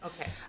okay